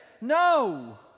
No